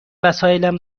وسایلم